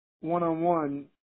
one-on-one